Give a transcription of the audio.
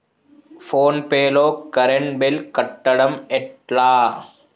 Phone pay లో current bill కట్టడం ఎట్లా?